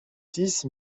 six